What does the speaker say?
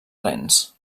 rens